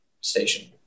station